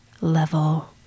level